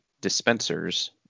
dispensers